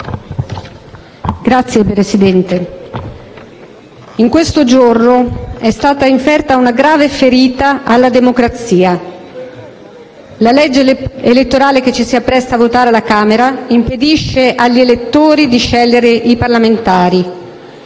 Signor Presidente, in questo giorno è stata inferta una grave ferita alla democrazia. La legge elettorale che ci si appresta a votare alla Camera impedisce agli elettori di scegliere i parlamentari.